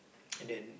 and then